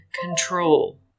control